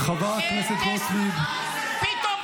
פתאום,